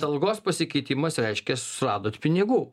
algos pasikeitimas reiškia suradot pinigų